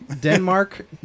Denmark